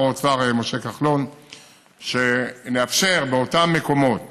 האוצר משה כחלון שנאפשר באותם מקומות